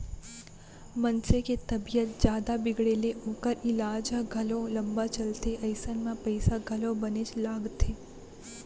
मनसे के तबीयत जादा बिगड़े ले ओकर ईलाज ह घलौ लंबा चलथे अइसन म पइसा घलौ बनेच लागथे